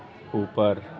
ऊपर